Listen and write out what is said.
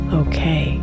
okay